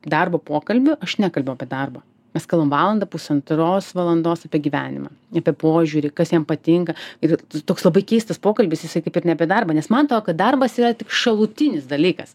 darbo pokalbiu aš nekalbu apie darbą mes kalbam valandą pusantros valandos apie gyvenimą apie požiūrį kas jiem patinka ir toks labai keistas pokalbis jisai kaip ir ne apie darbą nes man atrodo kad darbas yra tik šalutinis dalykas